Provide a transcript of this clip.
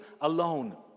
alone